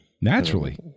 Naturally